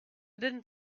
didn’t